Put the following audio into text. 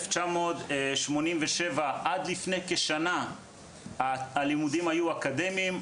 מ-1987 עד לפני כשנה הלימודים היו אקדמיים,